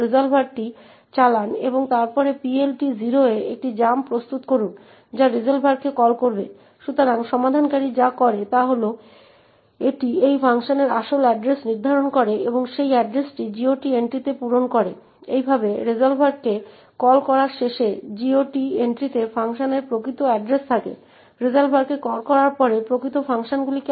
পরবর্তী যে জিনিসটি আমরা দেখব তা হল এই গ্লোবাল ভেরিয়েবল s এর এড্রেস এবং যেটি আমরা এই px s দ্বারা প্রাপ্ত করি